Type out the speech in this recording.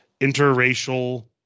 interracial